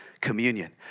communion